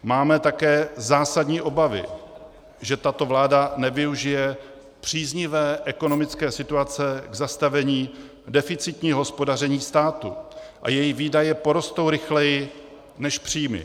Máme také zásadní obavy, že tato vláda nevyužije příznivé ekonomické situace k zastavení deficitního hospodaření státu a její výdaje porostou rychleji než příjmy.